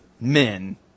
men